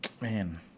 man